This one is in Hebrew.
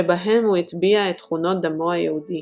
שבהם הוא הטביע את תכונות דמו היהודי,